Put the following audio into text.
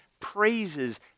praises